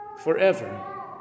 forever